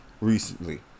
recently